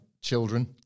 children